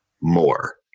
more